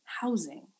housing